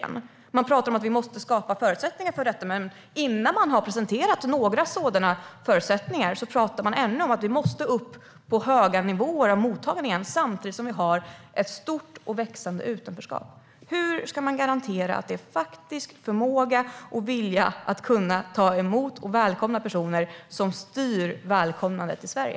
Ni talar om att vi måste skapa förutsättningar för detta. Men innan ni ens har presenterat några sådana förutsättningar talar ni om att vi måste upp på höga nivåer av mottagande igen - samtidigt som vi har ett stort och växande utanförskap. Hur ska man garantera att det är faktisk förmåga och vilja att kunna ta emot personer som styr välkomnandet i Sverige?